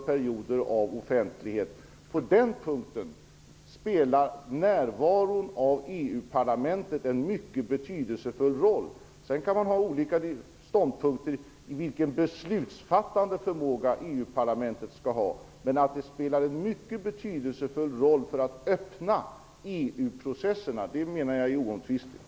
På den här punkten spelar närvaron av EU parlamentet en mycket betydelsefull roll. Man kan ha olika ståndpunkter i frågan om vilken beslutsfattande förmåga EU-parlamentet skall ha, men jag menar att det är oomtvistligt att den spelar en mycket viktig roll för öppnandet av EU-processerna.